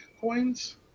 coins